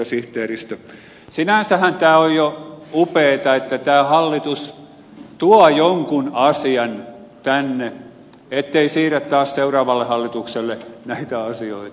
sinänsähän tämä on jo upeaa että tämä hallitus tuo jonkun asian tänne ettei siirrä taas seuraavalle hallitukselle näitä asioita